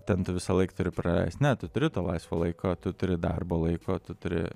ten tu visąlaik turi praleist ne tu turi laisvo laiko tu turi darbo laiko tu turi